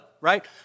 right